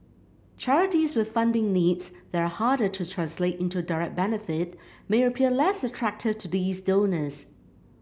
charities with funding needs that are harder to translate into direct benefit may appear less attractive to these donors